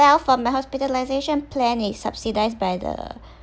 well for my hospitalization plan it's subsidized by the